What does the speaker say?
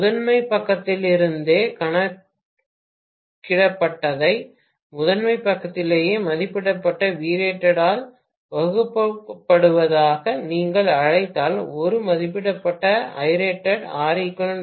முதன்மை பக்கத்திலிருந்தே கணக்கிடப்பட்டதை முதன்மை பக்கத்திலேயே மதிப்பிடப்பட்ட Vrated ஆல் வகுக்கப்படுவதாக நீங்கள் அழைத்தால் 1 மதிப்பிடப்பட்ட Irated Req Vrated க்கு மிகவும் சமம்